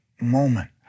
moment